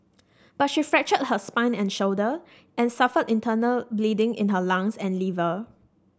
but she fractured her spine and shoulder and suffered internal bleeding in her lungs and liver